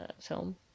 film